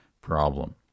problem